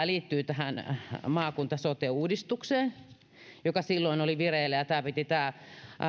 liittyy nyt maakunta sote uudistukseen joka silloin oli vireillä ja tämä